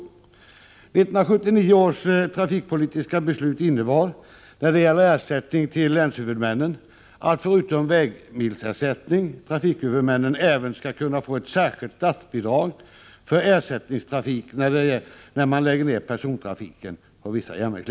1979 års trafikpolitiska beslut innebar när det gäller ersättning till länshuvudmännen att förutom vägmilsersättningen trafikhuvudmännen även skall kunna få ett särskilt statsbidrag för ersättningstrafik, när man lägger ned persontrafiken på vissa linjer.